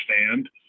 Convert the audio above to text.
understand